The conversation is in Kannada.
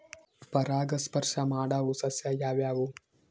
ಪರಾಗಸ್ಪರ್ಶ ಮಾಡಾವು ಸಸ್ಯ ಯಾವ್ಯಾವು?